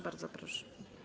Bardzo proszę.